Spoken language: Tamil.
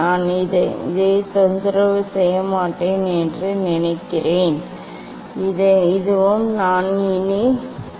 நான் இதை தொந்தரவு செய்ய மாட்டேன் இந்த அடிப்படை சமன் செய்யும் திருகு நான் இனி தொந்தரவு செய்ய மாட்டேன் இதுவும் நான் இனி அதன் அளவை தொந்தரவு செய்ய மாட்டேன்